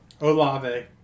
Olave